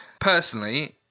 Personally